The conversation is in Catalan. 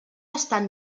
estan